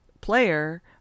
player